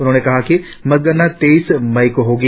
उन्होंने कहा कि मतगणना तेईस मई को होगी